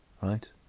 right